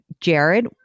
Jared